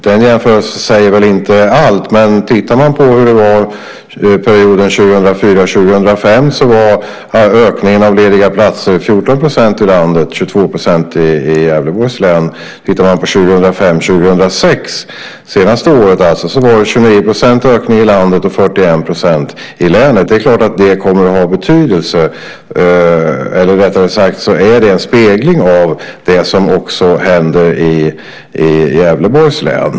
Den jämförelsen säger väl inte allt, men om vi tittar på perioden 2004 06, det senaste året, var det 29 % ökning i landet och 41 % i länet. Det är klart att det kommer att ha betydelse. Det är en spegling av det som också händer i Gävleborgs län.